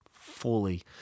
fully